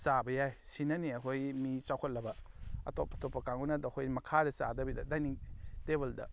ꯆꯥꯕ ꯌꯥꯏ ꯑꯁꯤꯅꯅꯤ ꯑꯩꯈꯣꯏ ꯃꯤ ꯆꯥꯎꯈꯠꯂꯕ ꯑꯇꯣꯞ ꯑꯇꯣꯞꯄ ꯀꯥꯡꯕꯨꯅ ꯑꯩꯈꯣꯏ ꯃꯈꯥꯗ ꯆꯥꯗꯕꯤꯗ ꯗꯥꯏꯅꯤꯡ ꯇꯦꯕꯜꯗ